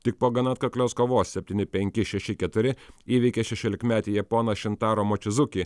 tik po gana atkaklios kovos septyni penki šeši keturi įveikė šešiolikmetį japoną šintaro močizukį